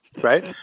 Right